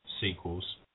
sequels